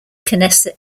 knesset